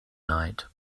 night